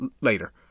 later